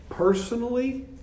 Personally